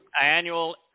annual